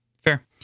fair